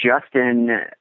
Justin